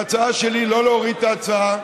ההצעה שלי היא לא להוריד את ההצעה,